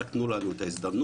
רק תנו לנו את ההזדמנות.